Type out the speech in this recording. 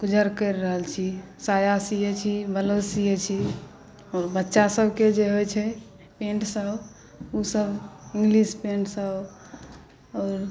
गुजर करि रहल छी साया सिए छी ब्लाउज सिए छी आओर बच्चासबके जे होइ छै पैन्ट ओसब इङ्गलिश पैन्टसब